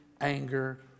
anger